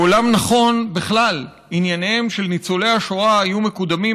בעולם נכון בכלל ענייניהם של ניצולי השואה היו מקודמים